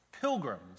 pilgrims